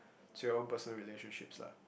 to your own personal relationship lah